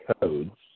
codes